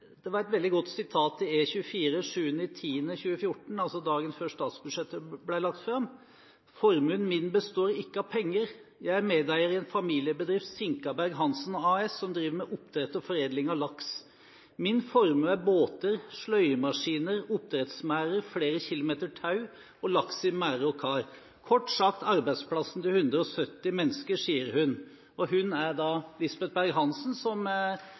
Det var et veldig godt sitat i E24 den 7. oktober 2014, dagen før statsbudsjettet ble lagt fram: «Formuen min består ikke av penger. Jeg er medeier i en familiebedrift, Sinkaberg-Hansen AS, som driver med oppdrett og foredling av laks. Min formue er båter, sløyemaskiner, oppdrettesmærer, flere kilometer tau og laks i mærder og kar. Kort sagt arbeidsplassen til 170 mennesker,» sier hun. «Hun» er da Lisbeth Berg-Hansen, som